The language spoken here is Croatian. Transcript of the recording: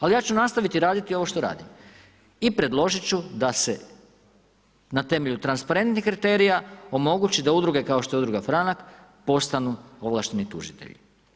Ali ja ću nastaviti raditi ovo što radim i predložit ću da se na temelju transparentnih kriterija omogući da udruge, kao što je udruga Franak, postanu ovlašteni tužitelji.